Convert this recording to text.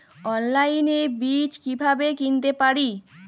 অনলাইনে বীজ কীভাবে কিনতে পারি?